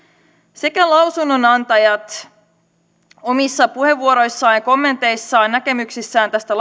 sekä lausunnonantajat omissa puheenvuoroissaan ja kommenteissaan näkemyksissään tästä